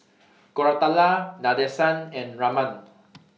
Koratala Nadesan and Raman